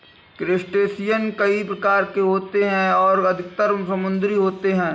crustacean कई प्रकार के होते हैं और अधिकतर समुद्री होते हैं